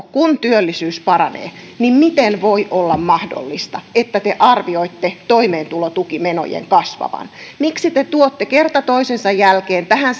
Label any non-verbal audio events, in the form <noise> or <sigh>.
<unintelligible> kun työllisyys paranee miten voi olla mahdollista että te arvioitte toimeentulotukimenojen kasvavan miksi te tuotte kerta toisensa jälkeen tähän <unintelligible>